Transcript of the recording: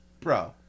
Bro